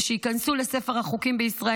ושייכנסו לספר החוקים בישראל.